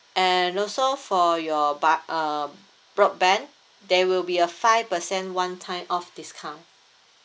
and also for your bar uh broadband there will be a five percent one time off discount